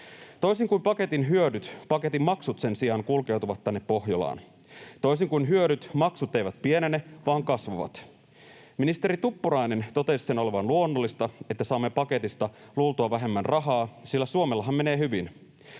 Toisin kuin paketin hyödyt, paketin maksut sen sijaan kulkeutuvat tänne Pohjolaan. Toisin kuin hyödyt, maksut eivät pienene, vaan kasvavat. Ministeri Tuppurainen totesi sen olevan luonnollista, että saamme paketista luultua vähemmän rahaa, sillä Suomellahan menee hyvin.